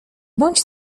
bądź